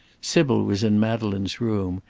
sybil was in madeleine's room,